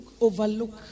overlook